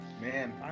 Man